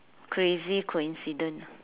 crazy coincidence